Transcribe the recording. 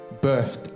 birthed